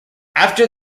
after